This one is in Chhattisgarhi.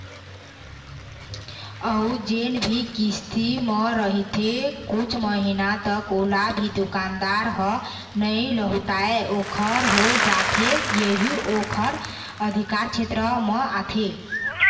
अउ जेन भी किस्ती भर रहिथे कुछ महिना तक ओला भी दुकानदार ह नइ लहुटाय ओखर हो जाथे यहू ओखर अधिकार छेत्र म आथे